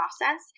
process